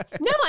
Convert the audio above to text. No